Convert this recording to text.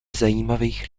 zajímavých